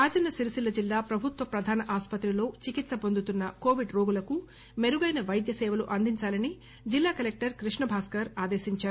రాజన్న సిరిసిల్ల జిల్లా ప్రభుత్వ ప్రధాన ఆసుపత్రిలో చికిత్స పొందుతున్న కోవిడ్ రోగులకు మెరుగైన వైద్య సేవలు అందించాలని జిల్లా కలెక్టర్ కృష్ణ భాస్కర్ ఆదేశించారు